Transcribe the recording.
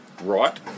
right